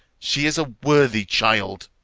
she is a worthy child.